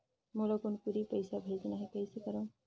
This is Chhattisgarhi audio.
मोला कुनकुरी पइसा भेजना हैं, कइसे करो?